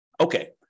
Okay